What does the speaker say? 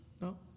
No